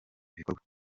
ibikorwa